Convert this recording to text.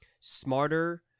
smarter